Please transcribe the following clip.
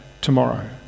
tomorrow